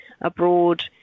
abroad